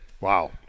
Wow